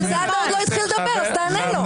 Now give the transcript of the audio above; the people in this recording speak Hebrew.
סעדה עוד לא התחיל לדבר, אז תענה לו.